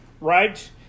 Right